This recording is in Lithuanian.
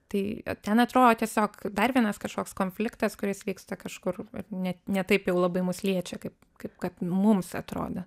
tai ten atrodo tiesiog dar vienas kažkoks konfliktas kuris vyksta kažkur net ne taip jau labai mus liečia kaip kaip kad mums atrodo